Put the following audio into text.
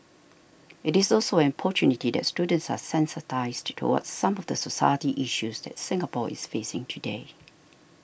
it is also an opportunity that students are sensitised towards some of the society issues that Singapore is facing today